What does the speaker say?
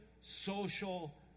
social